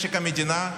משק המדינה,